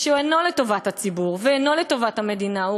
שאינו לטובת הציבור ואינו לטובת המדינה,